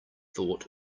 thought